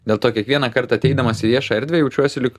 dėl to kiekvieną kartą ateidamas į viešą erdvę jaučiuosi lyg